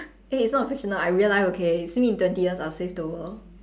eh it's not fictional I real life okay see me in twenty years I'll save the world